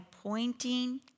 pointing